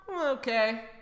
Okay